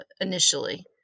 initially